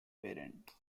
parent